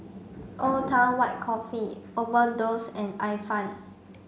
Old Town White Coffee Overdose and Ifan